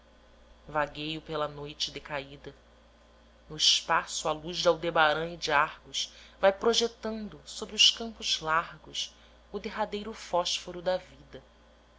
vagueio pela noite decaída no espaço a luz de aldebarã e de árgus vai projetando sobre os campos largos o derradeiro fósforo da vida